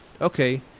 okay